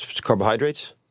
carbohydrates